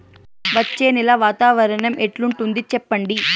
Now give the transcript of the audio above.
వచ్చే నెల వాతావరణం ఎట్లుంటుంది చెప్పండి?